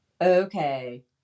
okay